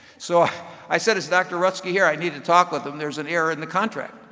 so i said, is dr. rutsky here? i need to talk with him. there's an error in the contract.